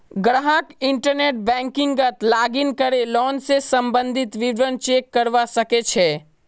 ग्राहक इंटरनेट बैंकिंगत लॉगिन करे लोन स सम्बंधित विवरण चेक करवा सके छै